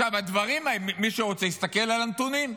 הדברים, מי שרוצה יסתכל על הנתונים.